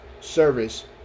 service